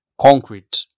concrete